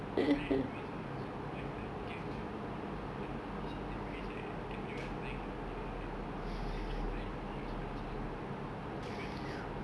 ya but then anyways ah so what what you planning to get for your auntie since anyways like everyone like buying their own thing right so you cannot buy anything expensive for her what you gonna get